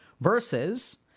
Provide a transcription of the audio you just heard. Versus